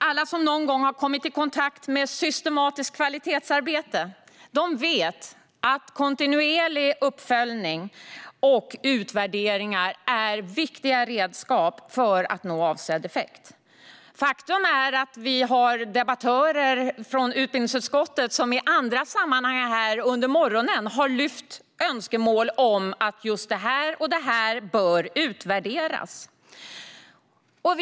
Alla som någon gång har kommit i kontakt med systematiskt kvalitetsarbete vet att kontinuerlig uppföljning och utvärderingar är viktiga redskap för att nå avsedd effekt. Faktum är att vi har debattörer från utbildningsutskottet som i andra sammanhang här under morgonen har fört fram önskemål om att det ena och det andra bör utvärderas.